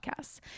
Podcasts